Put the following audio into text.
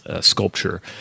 sculpture